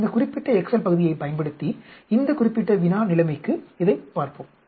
நாம் இந்த குறிப்பிட்ட எக்செல் பகுதியைப் பயன்படுத்தி இந்த குறிப்பிட்ட வினா நிலைமைக்கு இதைப் பார்ப்போம்